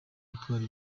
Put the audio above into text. gutwara